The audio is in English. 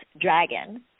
dragon